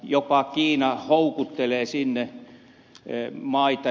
jopa kiina houkuttelee maita